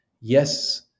Yes